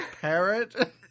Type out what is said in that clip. parrot